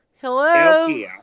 Hello